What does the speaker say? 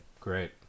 Great